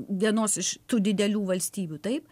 vienos iš tų didelių valstybių taip